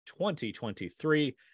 2023